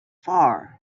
four